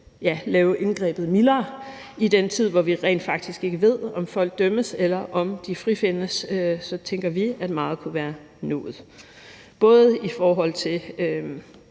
lave indgrebet mildere i den tid, hvor vi rent faktisk ikke ved, om folk dømmes, eller om de frifindes, tænker vi at meget kunne være nået både i forhold til